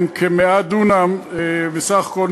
שהן כ-100 דונם בסך הכול,